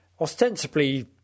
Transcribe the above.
ostensibly